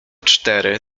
cztery